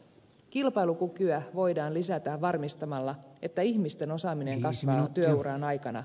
kilpailukykyä voidaan lisätä varmistamalla että ihmisten osaaminen kasvaa työuran aikana